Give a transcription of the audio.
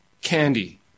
candy